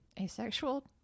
asexual